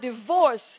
divorce